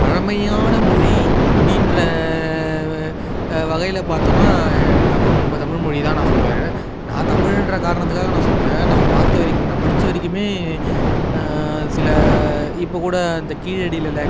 பழமையான மொழி அப்படின்ற வகையில் பார்த்தோன்னா என் தமிழ் நம்ம தமிழ் மொழிதான் நான் சொல்லுவேன் நான் தமிழ்ன்ற காரணத்துக்காக நான் சொல்லலை நான் பார்த்தவரைக்கும் நான் படிச்சவரைக்குமே சில இப்போக்கூட இந்த கீழடியில் லக்